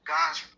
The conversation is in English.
God's